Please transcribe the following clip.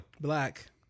Black